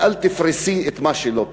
ואל תפרסי את מה שלא פרוס.